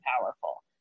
powerful